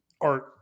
art